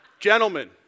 Gentlemen